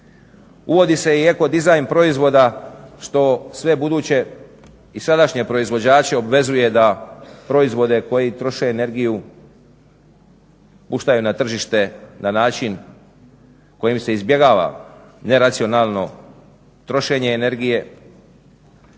Uvodi se i eko dizajn proizvoda što sve buduće i sadašnje proizvođače obvezuje da proizvode koji troše energiju puštaju na tržište na način kojim se izbjegava neracionalno trošenje energije.